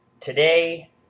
Today